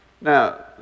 Now